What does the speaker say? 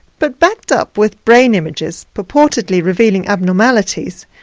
but backed up with brain images purportedly revealing abnormalities,